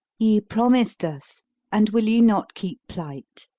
ye promised us and will ye not keep plight?